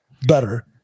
better